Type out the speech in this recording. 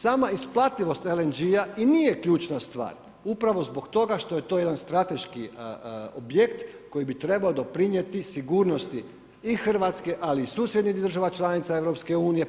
Sama isplativost LNG-a i nije ključna stvar upravo zbog toga što je to jedan strateški objekt koji bi trebao doprinijeti sigurnosti i Hrvatske, ali i susjednih država članica EU,